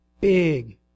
big